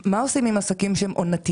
מה עושים עם עסקים עונתיים?